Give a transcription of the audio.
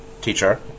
teacher